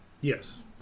Yes